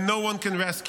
and no one can rescue.